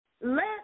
let